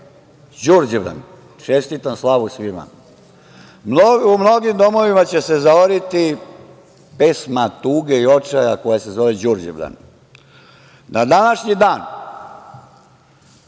Đurđevdan. Čestitam slavu svima. U mnogim domovima će se zaoriti pesma tuge i očaja koja se zove Đurđevdan. Na današnji dan